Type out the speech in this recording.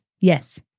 Yes